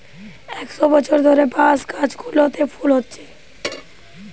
একশ বছর ধরে বাঁশ গাছগুলোতে ফুল হচ্ছে